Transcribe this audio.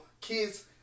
kids